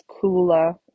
cooler